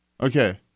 Okay